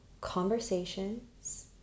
conversations